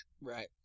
Right